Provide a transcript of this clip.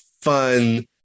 fun